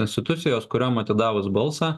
institucijos kuriom atidavus balsą